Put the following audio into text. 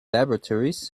laboratories